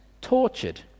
tortured